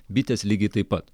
bitės lygiai taip pat